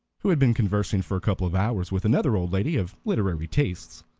who had been conversing for a couple of hours with another old lady of literary tastes.